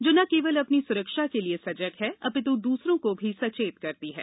जो न केवल अपनी सुरक्षा के लिये सजग है अपित् द्रसरों को भी सचेत करती है